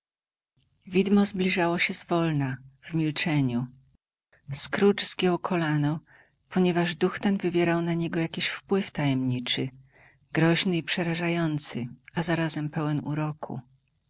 widmo zbliżało się zwolna w milczeniu scrooge zgiął kolano ponieważ duch ten wywierał na niego jakiś wpływ tajemniczy groźny i przerażający a zarazem pełen uroku